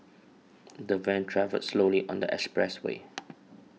the van travelled slowly on the expressway